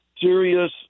serious